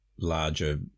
larger